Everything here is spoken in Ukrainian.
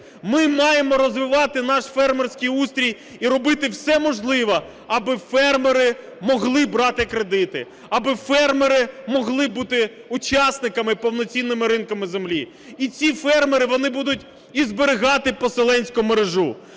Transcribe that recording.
Ми маємо розвивати наш фермерський устрій і робити все можливе, аби фермери могли брати кредити, аби фермери могли бути учасниками повноцінного ринку землі. І ці фермери вони будуть і зберігати поселенську мережу.